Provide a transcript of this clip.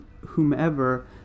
whomever